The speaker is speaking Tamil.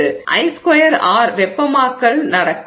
எனவே I2R வெப்பமாக்கல் சூடேற்றுதல் நடக்கும்